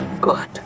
good